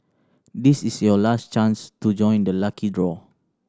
this is your last chance to join the lucky draw